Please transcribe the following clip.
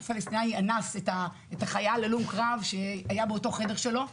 אותו פלסטיני אנס את החייל הלום הקרב שהיה באותו חדר שלו.